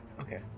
Okay